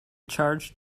charge